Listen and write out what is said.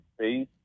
space